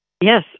Yes